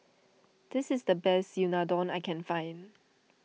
this is the best Unadon I can find